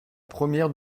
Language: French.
première